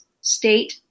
state